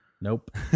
Nope